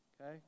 Okay